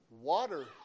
water